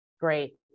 great